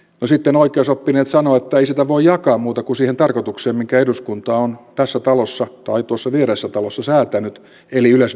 no sitten oikeusoppineet sanoivat että ei sitä voi jakaa muuhun kuin siihen tarkoitukseen minkä eduskunta on tässä talossa tai tuossa viereisessä talossa säätänyt eli yleisradion toiminnan rahoitukseen